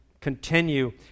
continue